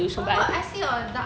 oh I see your dark